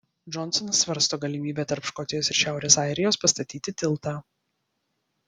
džonsonas svarsto galimybę tarp škotijos ir šiaurės airijos pastatyti tiltą